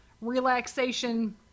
relaxation